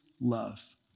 love